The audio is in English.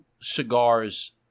cigars